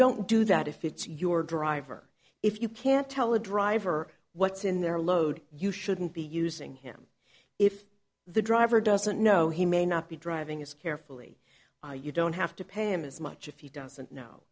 don't do that if it's your driver if you can't tell a driver what's in their load you shouldn't be using him if the driver doesn't know he may not be driving as carefully you don't have to pay him as much if he doesn't know